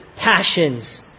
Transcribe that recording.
passions